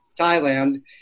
Thailand